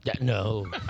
No